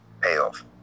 payoff